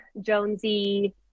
Jonesy